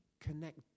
Connect